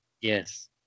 Yes